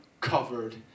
covered